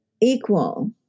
equal